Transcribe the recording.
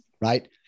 right